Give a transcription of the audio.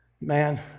man